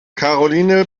karoline